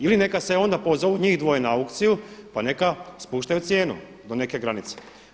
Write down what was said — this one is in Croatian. Ili neka se onda pozovu njih dvoje na aukciju pa neka spuštaju cijenu do neke granice.